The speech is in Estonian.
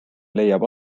leiab